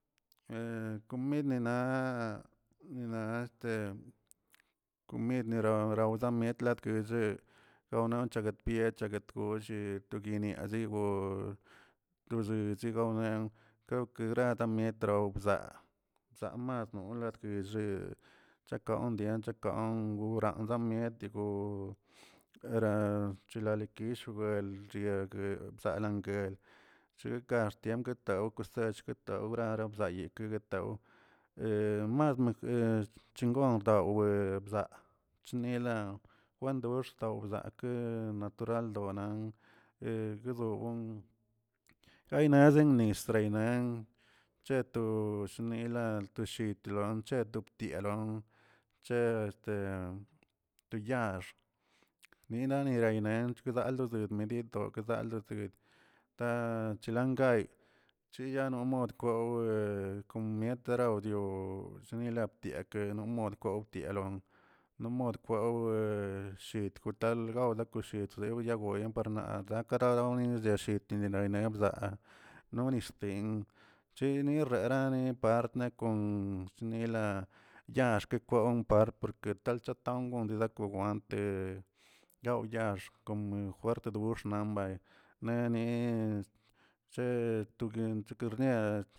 komid nina na este komid naura mietkeche naumiacheguet bie chaguet golle to gueniazib to shi- shigawnia ke grada miet lobzaa bzaa mas noladkebllee chakon dient, chakon wranra mieti yilalikishiugaa lchial bgue bzalangue chiexkan xchiengataw sellgataw nara bzayekətaw yengow bdawehebzaa chinilan wendoxt wzakə naturaldonan heguedogon, gaynazen nis yenan cheto shnelan to shitlo, cheto btielon che este to yaax niniyirenench kaldo demerito kaldokedə ta chlangay chiyanomodko komietarawdioꞌ chinalaptiake mo- modkoptialon nomod kwawə shit kotal gawla koshit tley yagweye naꞌ chzakarawni yeshitinnilay bzaa nixtin, chinirerane partne konsinela yaax ke kwon par porke tal chatangonlekow ante gaw yaax mejuert dux nambay ne ni bche to guen to guernie.